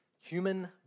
Human